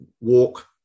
walk